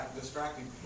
distracting